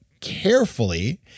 carefully